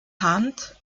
hand